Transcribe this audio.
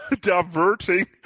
diverting